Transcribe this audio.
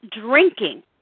drinking